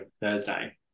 Thursday